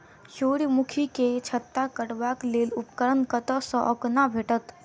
सूर्यमुखी केँ छत्ता काटबाक लेल उपकरण कतह सऽ आ कोना भेटत?